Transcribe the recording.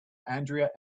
andrea